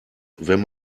wenn